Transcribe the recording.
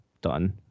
done